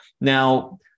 Now